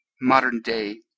modern-day